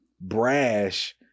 brash